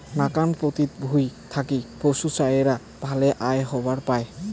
নাকান পতিত ভুঁই থাকি পশুচরেয়া ভালে আয় হবার পায়